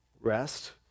rest